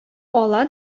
ала